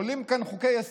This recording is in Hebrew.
עולים כאן חוקי-יסוד,